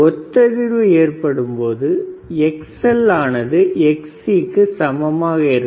ஒத்ததிர்வு ஏற்படும்பொழுது Xl ஆனாது Xc க்கு சமமாக இருக்கும்